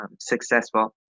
successful